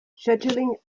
scheduling